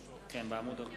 37,